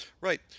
Right